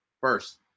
First